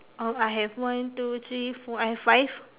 oh I have one two three four I have five